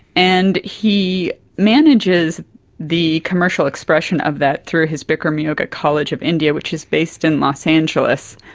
and he manages the commercial expression of that through his bikram yoga college of india which is based in los angeles,